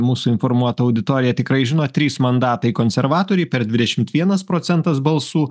mūsų informuota auditorija tikrai žino trys mandatai konservatoriai per dvidešimt vienas procentas balsų